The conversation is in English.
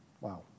wow